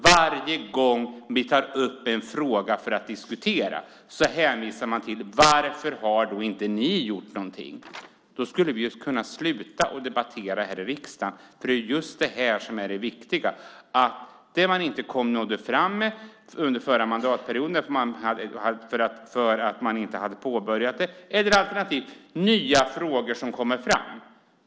Varje gång vi tar upp en fråga för att diskutera hänvisar du till att vi inte har gjort någonting. Då skulle vi kunna sluta och debattera här i riksdagen. Det är just det som är det viktiga: Det man inte nådde fram med under den förra mandatperioden för att man inte hade påbörjat det eller alternativt nya frågor som kommer fram.